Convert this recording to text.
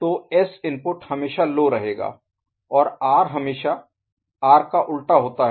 तो S input हमेशा low रहेगा और आर हमेशा आर का उलटा होता है